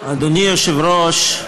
אדוני היושב-ראש,